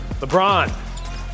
LeBron